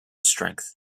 strength